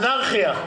אנרכיה.